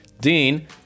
Dean